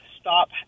stop